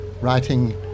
writing